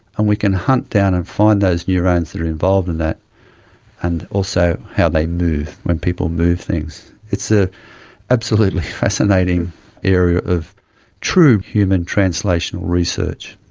and we can hunt down and find those neurones that are involved in that and also how they move, when people move things. it's an ah absolutely fascinating area of true human translational research.